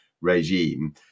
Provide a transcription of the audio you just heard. regime